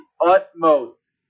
utmost